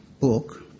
book